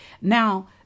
Now